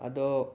ꯑꯗꯣ